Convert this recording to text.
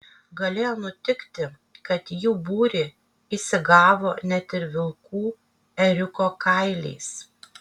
galėjo nutikti kad į jų būrį įsigavo net ir vilkų ėriuko kailiais